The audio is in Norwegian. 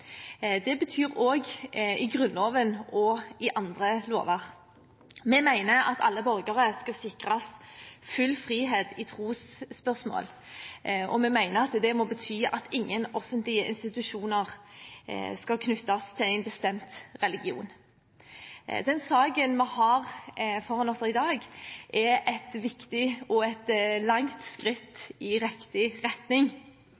det betyr også i Grunnloven og i andre lover. Vi mener at alle borgere skal sikres full frihet i trosspørsmål, og vi mener at det må bety at ingen offentlige institusjoner skal knyttes til en bestemt religion. Den saken vi har foran oss i dag, er et viktig og langt skritt i riktig retning.